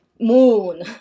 Moon